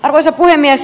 arvoisa puhemies